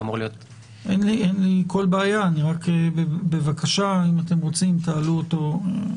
אין לי כל בעיה, בבקשה, אם אתם רוצים תעלו אותו.